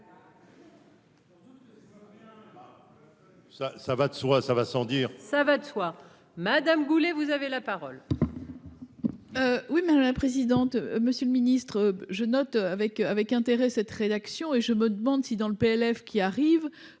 ça va de soi, ça va sans dire. ça va de soi Madame Goulet, vous avez la parole. Oui, madame la présidente, monsieur le Ministre, je note avec avec intérêt cette rédaction et je me demande si dans le PLF qui arrive,